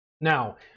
Now